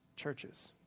churches